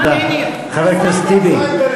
טיבי,